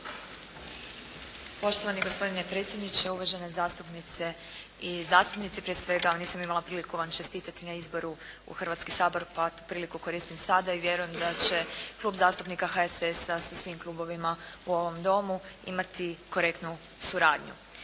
Poštovani gospodine predsjedniče, uvažene zastupnice i zastupnici. Prije svega jer nisam imala priliku vam čestitati na izboru u Hrvatski sabor, pa priliku koristim sada i vjerujem da će Klub zastupnika HSS-a sa svim klubovima u ovom Domu imati korektnu suradnju.